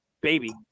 baby